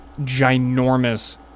ginormous